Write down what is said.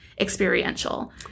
experiential